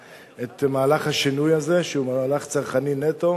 מהלך השינוי הזה שהוא מהלך צרכני נטו,